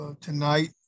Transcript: Tonight